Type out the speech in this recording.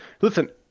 listen